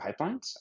pipelines